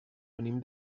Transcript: venim